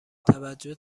توجه